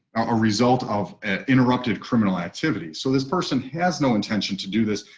a result of interrupted criminal activity. so, this person has no intention to do this.